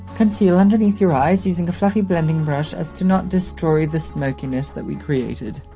conceal underneath your eyes using a fluffy blending brush as to not destroy the smokiness that we created.